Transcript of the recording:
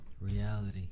Reality